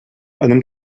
einem